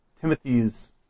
Timothy's